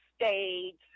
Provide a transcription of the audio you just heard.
states